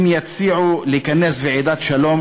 הם יציעו לכנס ועידת שלום?